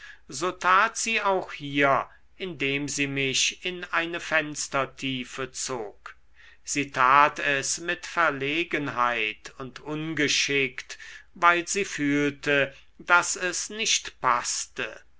so tat sie auch hier indem sie mich in eine fenstertiefe zog sie tat es mit verlegenheit und ungeschickt weil sie fühlte daß es nicht paßte